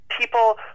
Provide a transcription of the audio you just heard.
people